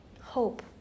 hope